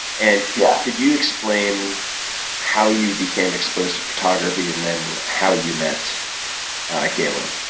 and yeah could you explain how you became exposed to photography and then how you met galen?